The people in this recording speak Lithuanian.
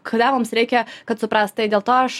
kada mums reikia kad suprast tai dėl to aš